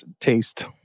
taste